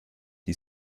die